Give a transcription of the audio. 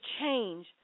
change